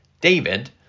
David